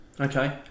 Okay